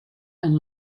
and